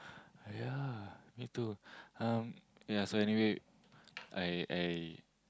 oh yeah me too um yeah so anyway I I